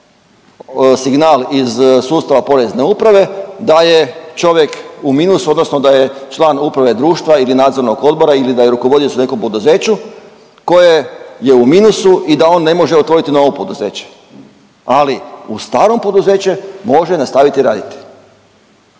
signal iz sustava Porezne uprave da je čovjek u minusu, odnosno da je član uprave društva ili nadzornog odbora ili da je rukovodioc u nekom poduzeću koje je u minusu i da on ne može otvoriti novo poduzeće. Ali u starom poduzeću može nastaviti raditi.